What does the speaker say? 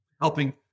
helping